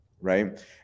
Right